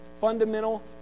fundamental